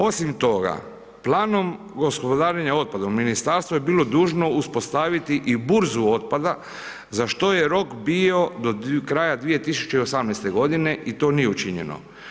Osim toga, planom gospodarenja otpadom ministarstvo je bilo dužno uspostaviti i burzu otpada, za što je rok bio do kraja 2018. godine i to nije učinjeno.